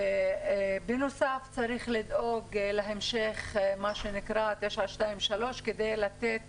בנוסף צריך לדאוג להמשך מה שנקרא 923 כדי לתת